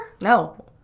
No